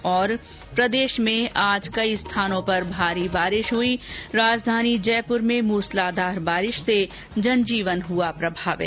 ्र प्रदेश में आज कई स्थानों पर भारी बारिश हुई राजधानी जयपुर में मूसलाधार बारिश से जन जीवन हुआ प्रभावित